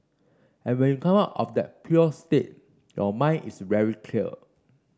and when you come out of that pure state your mind is very clear